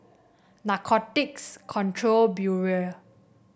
Narcotics Control Bureau